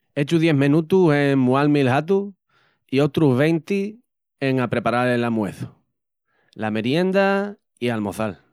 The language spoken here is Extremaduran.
Echu dies menutus en mual-mi'l hatu, i otrus venti en apreparal el almuezu, la merienda i almozal.